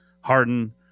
Harden